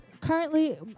currently